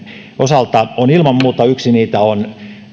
osalta on ilman muuta